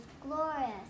glorious